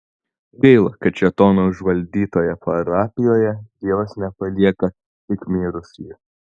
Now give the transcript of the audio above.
gaila kad šėtono užvaldytoje parapijoje dievas nepalieka tik mirusiųjų